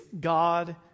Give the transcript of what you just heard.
God